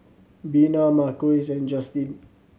Bina Marquise and Justine